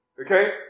okay